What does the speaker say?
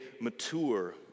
mature